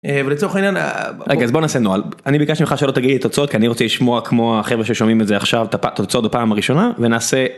ולצורך עניין אז רגע אז בוא נעשה נוהל. אני ביקשתי ממך שלא תגיד לי תוצאות כי אני רוצה לשמוע כמו החברה ששומעים את זה עכשיו תוצאות בפעם הראשונה ונעשה.